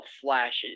flashes